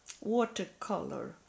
watercolor